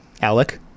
Alec